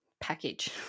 package